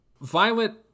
Violet